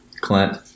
Clint